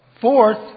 Fourth